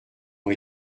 ont